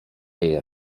jej